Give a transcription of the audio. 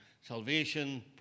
salvation